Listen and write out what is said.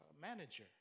manager